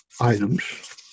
items